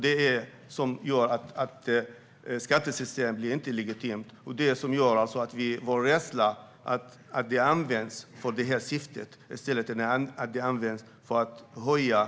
Det gör så att skattesystemet inte blir legitimt. Vår rädsla bygger på att det kan användas med det syftet.